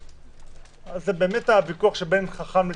זה באמת הוויכוח שבין חכם לצדק.